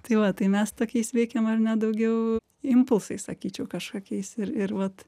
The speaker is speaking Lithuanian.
tai va tai mes tokiais veikiam ar ne daugiau impulsais sakyčiau kažkokiais ir ir vat